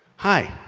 hi.